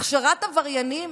הכשרת עבריינים?